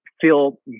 feel